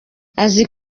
azi